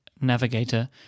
navigator